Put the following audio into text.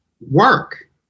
work